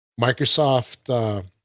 microsoft